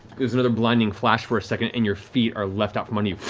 there's another blinding flash for a second and your feet are left out from under you.